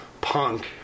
punk